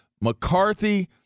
McCarthy